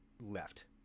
left